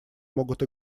могут